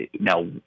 now